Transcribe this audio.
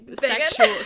sexual